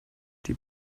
die